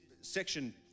section